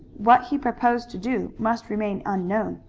what he proposed to do must remain unknown,